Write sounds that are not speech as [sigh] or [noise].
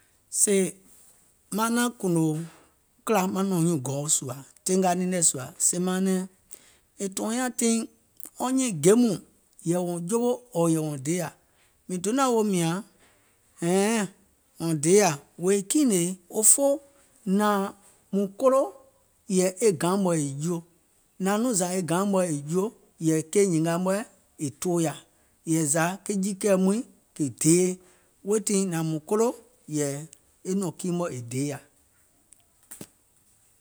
Sèè maŋ naȧŋ kùùnò [noise] kìla maŋ nɔ̀ŋ nyuùŋ gɔuo sùȧ, teenga niŋ nɛ̀ sùȧ sèè mȧȧŋ nɛ̀ŋ è tɔ̀ɔ̀nyaȧŋ tiŋ wɔŋ nyiiŋ gèe mɔɔ̀ŋ yɛ̀ì wɔ̀ŋ jowo yɛ̀ì wɔ̀ŋ deyȧ, mìŋ donȧŋ woò mìȧŋ hɛ̀ɛŋ, wɔ̀ŋ deyȧ, wèè kiìŋ nèè, òfoo nȧȧŋ mùŋ kolo, yɛ̀ì e gaȧŋ mɔ̀ɛ̀ è juo, nȧȧŋ nɔŋ zȧ e gaȧŋ juo, yɛ̀ì e keì nyìnga mɔ̀ɛ̀ è tooyȧ, yɛ̀ì zȧ ke jiikɛ̀ɛ mɔɛ̀ŋ kè deye, weètii nȧȧŋ mùŋ kolo, yɛ̀ì e nɔ̀ŋ kii mɔ̀ɛ̀ è deyȧ.